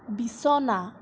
বিছনা